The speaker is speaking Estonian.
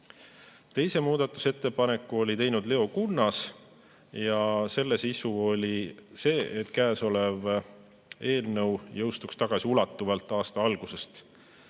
Teise muudatusettepaneku oli teinud Leo Kunnas ja selle sisu oli see, et eelnõu jõustuks tagasiulatuvalt aasta algusest.